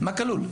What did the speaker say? מה כלול?